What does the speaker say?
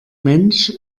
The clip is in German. mensch